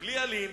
ובלי עלים